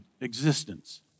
existence